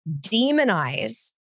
demonize